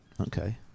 Okay